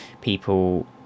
people